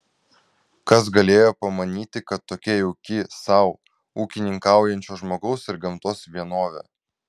kas galėjo pamanyti kad tokia jauki sau ūkininkaujančio žmogaus ir gamtos vienovė